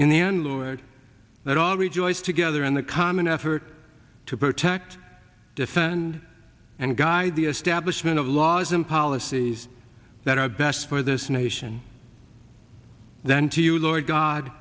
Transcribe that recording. in the end lord that all rejoice together in the common effort to protect defend and guide the establishment of laws and policies that are best for this nation then to you lord god